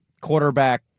quarterback